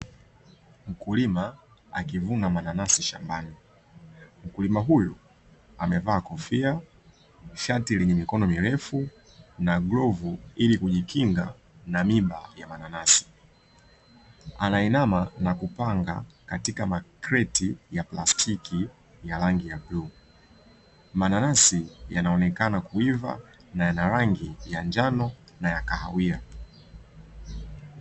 Mkulima akivuna mananasi shambani, mkulima huyu amevaa kofia, shati lenye mikono mirefu na glovu ili kujikinga na miba ya mananasi. Anainama na kupanga katika makret ya plastiki ya rangi ya bluu. Mananasi yanaonekana kuiva na yana rangi ya njano na ya kahawia.